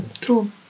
True